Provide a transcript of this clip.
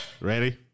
Ready